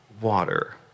water